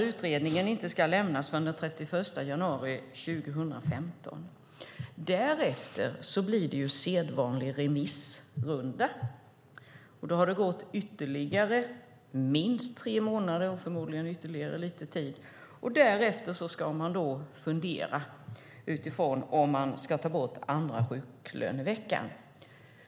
Utredningen ska inte avlämnas förrän den 31 januari 2015. Därefter blir det sedvanlig remissrunda. Då har det gått ytterligare minst tre månader och förmodligen ytterligare lite tid. Därefter ska man fundera över om man ska ta bort andra sjuklöneveckan.